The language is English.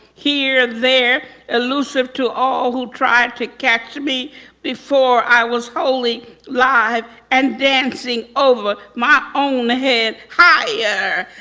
here, there. elusive to all who tried to catch me before i was wholly live, and dancing over my own head, higher.